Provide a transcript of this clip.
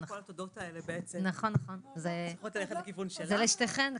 וכל התודות האלה בעצם צריכות ללכת לכיוון שלה.